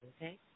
Okay